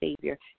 savior